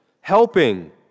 helping